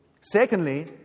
Secondly